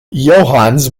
johannes